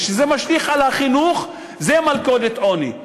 וכשזה משליך על החינוך זו מלכודת עוני.